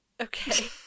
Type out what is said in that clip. okay